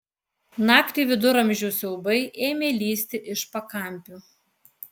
naktį viduramžių siaubai ėmė lįsti iš pakampių